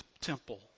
temple